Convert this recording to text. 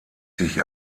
sich